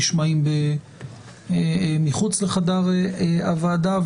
נשמעים מחוץ לחדר הוועדה.